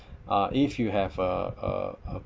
uh if you have uh uh uh